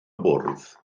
bwrdd